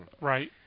Right